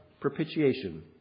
propitiation